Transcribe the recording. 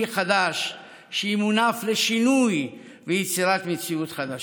חדש שימונף לשינוי ויצירת מציאות חדשה?